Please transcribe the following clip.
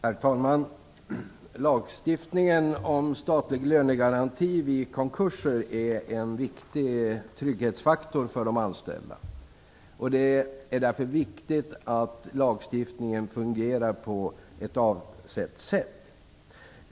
Herr talman! Lagstiftningen om statlig lönegaranti vid konkurser är en viktig trygghetsfaktor för de anställda. Det är därför viktigt att lagstiftningen fungerar på avsett sätt.